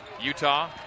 Utah